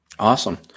Awesome